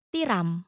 Tiram